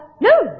no